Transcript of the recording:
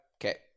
Okay